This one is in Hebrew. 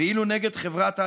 ואילו נגד חברת א.